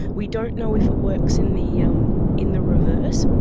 we don't know if it works in the um in the reverse,